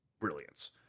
brilliance